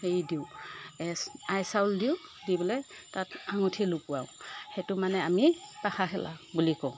সেই দিওঁ আৰৈ চাউল দিওঁ দি পেলাই তাত আঙঠি লুকুৱাও সেইটো মানে আমি পাশা খেলা বুলি কওঁ